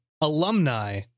alumni